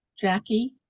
Jackie